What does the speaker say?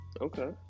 okay